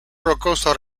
rocosa